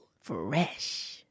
Fresh